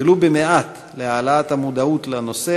ולו במעט, להעלאת המודעות לנושא